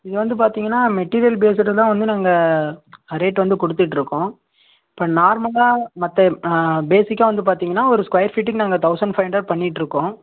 இது வந்து பார்த்தீங்கன்னா மெட்டீரியல் பேஸுடு தான் வந்து நாங்கள் ரேட் வந்து கொடுத்துட்ருக்கோம் இப்போ நார்மலாக மற்ற பேசிக்காக வந்து பார்த்தீங்கன்னா ஒரு ஸ்கொயர் ஃபீட்டுக்கு நாங்கள் தௌசண்ட் ஃபைவ் ஹண்ட்ரெட் பண்ணிட்டிருக்கோம்